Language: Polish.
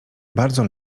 bardzo